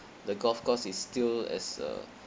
the golf course is still as a